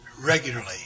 regularly